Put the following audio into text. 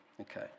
okay